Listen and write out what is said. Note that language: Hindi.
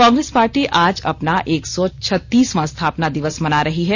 कांग्रेस पार्टी आज अपना एक सौ छतीसवां स्थापना दिवस मना रही है